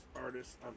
artist